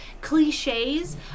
cliches